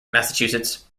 massachusetts